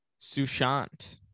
Sushant